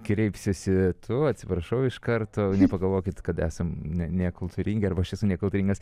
kreipsiuosi tu atsiprašau iš karto nepagalvokit kad esam ne nekultūringi arba aš esu nekultūringas